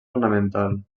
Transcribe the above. ornamental